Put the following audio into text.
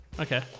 Okay